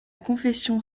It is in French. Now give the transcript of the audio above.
confession